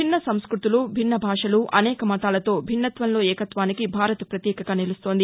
భిన్న సంస్థతులు భిన్న భాషలు అనేక మతాలతో భిన్నత్వంలో ఏకత్వానికి భారత్ పతీకగా నిలుస్తోంది